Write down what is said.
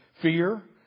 fear